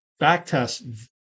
backtest